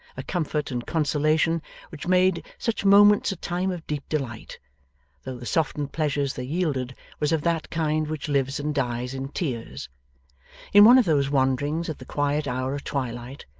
a comfort and consolation which made such moments a time of deep delight, though the softened pleasure they yielded was of that kind which lives and dies in tears in one of those wanderings at the quiet hour of twilight,